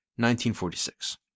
1946